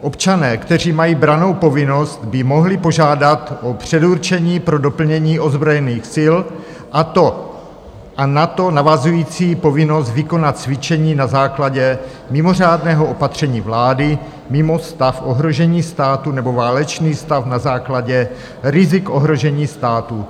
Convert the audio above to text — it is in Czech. Občané, kteří mají brannou povinnost, by mohli požádat o předurčení pro doplnění ozbrojených sil a na to navazující povinnost vykonat cvičení na základě mimořádného opatření vlády mimo stav ohrožení státu nebo válečný stav na základě rizik ohrožení státu.